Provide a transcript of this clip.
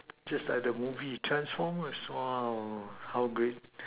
just like the movie transformers !wah! how great